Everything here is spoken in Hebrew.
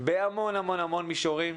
בהמון המון מישורים.